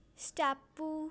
ਸਟੈਪੂ